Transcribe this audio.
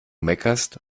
meckerst